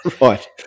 Right